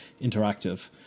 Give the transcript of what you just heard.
interactive